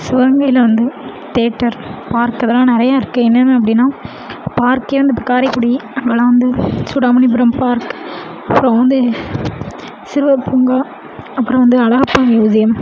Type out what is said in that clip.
சிவகங்கையில் வந்து theatre park இதலாம் நிறையா இருக்கு என்னென்ன அப்படின்னா பார்க்கே அந்த இப்போ காரைக்குடி அங்கெல்லாம் வந்து சுடாமணிபுரம் பார்க் அப்றம் வந்து சிறுவர் பூங்கா அப்பறம் வந்து அழகப்பா மியூசியம்